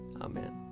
Amen